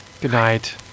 Goodnight